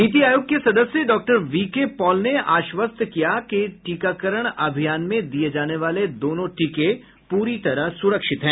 नीति आयोग के सदस्य डॉक्टर वी के पॉल ने आश्वस्त किया कि टीकाकरण अभियान में दिये जाने वाले दोनों टीके पूरी तरह सुरक्षित हैं